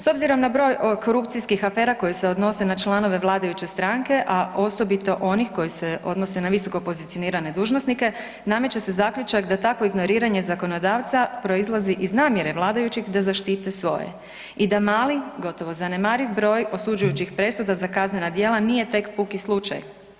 S obzirom na broj korupcijskih afera koje se odnose na članove vladajuće stranke, a osobito onih koji se odnose na visokopozicionirane dužnosnike nameće se zaključak da takvo ignoriranje zakonodavca proizlazi iz namjere vladajućih da zaštite svoje i da mali gotovo zanemariv broj osuđujućih presuda za kaznena djela nije tek puki slučaj.